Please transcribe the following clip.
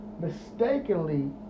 mistakenly